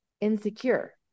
insecure